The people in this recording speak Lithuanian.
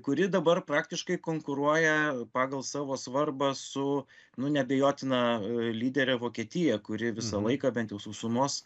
kuri dabar praktiškai konkuruoja pagal savo svarbą su nu neabejotina lydere vokietija kuri visą laiką bent jau sausumos